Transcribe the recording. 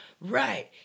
right